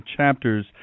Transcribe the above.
chapters